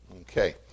okay